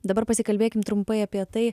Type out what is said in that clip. dabar pasikalbėkim trumpai apie tai